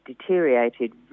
deteriorated